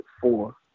four